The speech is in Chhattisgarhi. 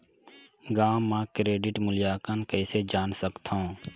गांव म क्रेडिट मूल्यांकन कइसे जान सकथव?